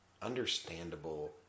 Understandable